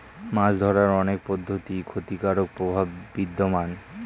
মাছ ধরার অনেক পদ্ধতির ক্ষতিকারক প্রভাব বিদ্যমান